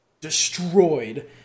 destroyed